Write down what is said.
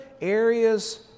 areas